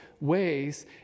ways